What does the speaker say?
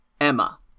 Emma